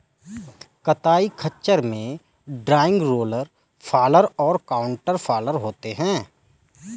कताई खच्चर में ड्रॉइंग, रोलर्स फॉलर और काउंटर फॉलर होते हैं